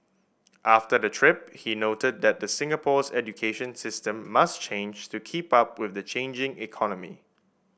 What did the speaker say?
after the trip he noted that Singapore's education system must change to keep up with the changing economy